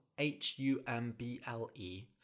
H-U-M-B-L-E